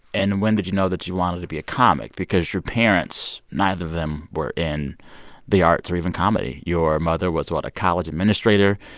and when did you know that you wanted to be a comic? because your parents, neither of them were in the arts or even comedy. your mother was what? a college administrator.